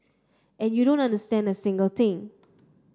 and you don't understand a single thing